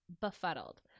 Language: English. befuddled